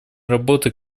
работы